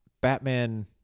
Batman